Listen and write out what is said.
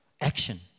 action